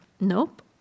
nope